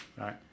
right